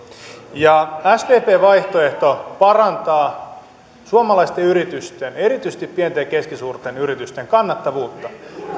sdpn vaihtoehto parantaa suomalaisten yritysten erityisesti pienten ja keskisuurten yritysten kannattavuutta